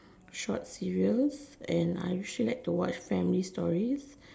short cereals and I like to watch family stories